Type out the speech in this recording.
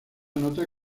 nota